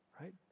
Right